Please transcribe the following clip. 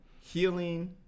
healing